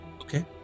Okay